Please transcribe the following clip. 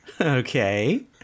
Okay